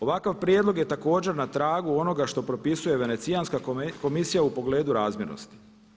Ovakav prijedlog je također na tragu onoga što propisuje Venecijanska komisija u pogledu razmjernosti.